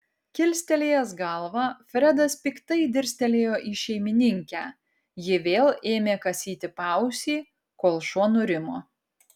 kilstelėjęs galvą fredas piktai dirstelėjo į šeimininkę ji vėl ėmė kasyti paausį kol šuo nurimo